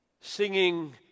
singing